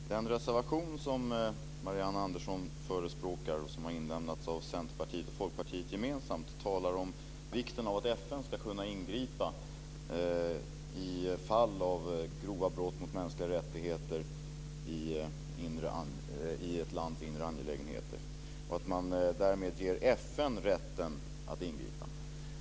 Fru talman! I den reservation som Marianne Andersson förespråkar och som har inlämnats av Centerpartiet och Folkpartiet gemensamt talas det om vikten av att FN ska kunna ingripa i fall av grova brott mot mänskliga rättigheter i ett lands inre angelägenheter och att man därmed ger FN rätten att ingripa.